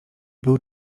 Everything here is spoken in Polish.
byl